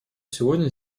сегодня